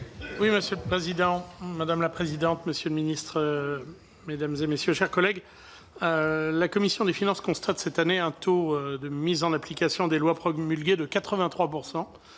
La commission des finances constate cette année un taux de mise en application des lois promulguées de 83